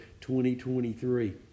2023